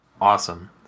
Awesome